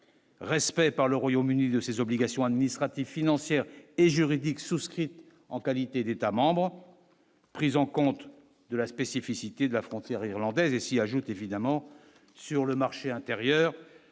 respect par le Royaume-Uni de ses obligations administratives, financières et juridiques souscrite en qualité d'États-membres prise en compte de la spécificité de la frontière irlandaise et y ajoute évidemment sur le marché intérieur,